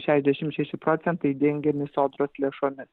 šedešim šeši procentai dengiami sodros lėšomis